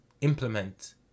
implement